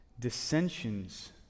Dissensions